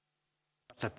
arvoisa